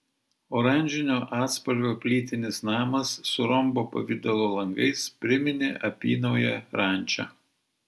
oranžinio atspalvio plytinis namas su rombo pavidalo langais priminė apynauję rančą